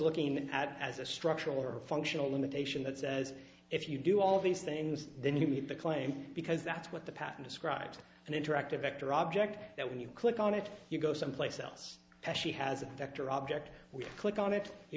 looking at as a structural or functional limitation that says if you do all these things then you need to claim because that's what the pattern describes an interactive ector object that when you click on it you go someplace else because she has a vector object we click on it you